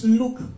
look